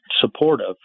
supportive